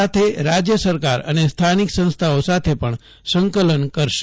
સાથે રાજ્ય સરકાર અને સ્થાનિક સંસ્થાઓ સાથે પણ સંકલન કરશે